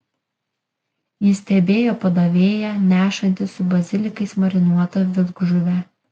ji stebėjo padavėją nešantį su bazilikais marinuotą vilkžuvę